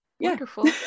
wonderful